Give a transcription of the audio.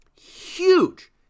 Huge